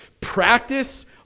practice